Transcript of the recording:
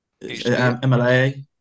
MLA